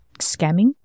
scamming